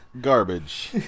garbage